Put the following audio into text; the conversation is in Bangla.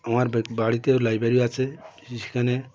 আমার বাড়িতেও লাইব্রেরি আছে সেখানে